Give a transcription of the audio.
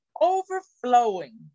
overflowing